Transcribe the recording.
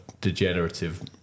degenerative